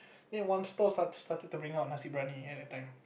then one store start started to bring out nasi-bryani at that time